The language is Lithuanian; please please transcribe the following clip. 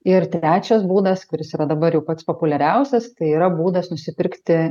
ir trečias būdas kuris yra dabar jau pats populiariausias tai yra būdas nusipirkti